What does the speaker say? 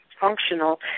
functional